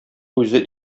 үзе